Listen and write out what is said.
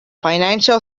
financial